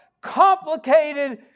complicated